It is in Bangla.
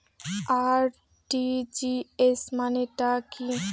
আর.টি.জি.এস মানে টা কি?